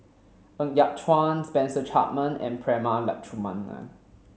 Ng Yat Chuan Spencer Chapman and Prema Letchumanan